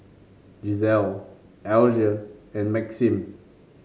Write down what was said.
Giselle Alger and Maxim